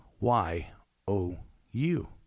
Y-O-U